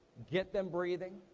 get them breathing,